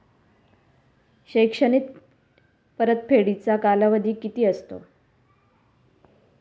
शैक्षणिक परतफेडीचा कालावधी किती असतो?